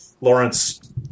Lawrence